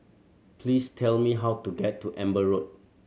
please tell me how to get to Amber Road